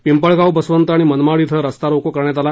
पिंपळगाव बसवंत आणि मनमाड इथं रस्ता रोको करण्यात आला